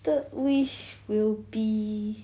the wish will be